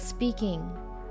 Speaking